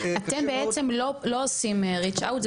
אתם בדרך כלל לא עושים reach out,